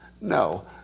No